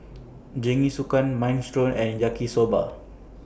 Jingisukan Minestrone and Yaki Soba